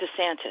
DeSantis